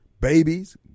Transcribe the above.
babies